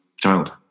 child